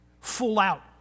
Full-out